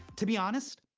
to be honest.